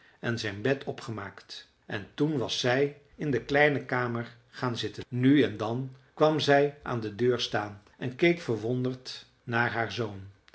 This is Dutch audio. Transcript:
en zijn bed opgemaakt en toen was zij in de kleine kamer gaan zitten nu en dan kwam zij aan de deur staan en keek verwonderd naar haar zoon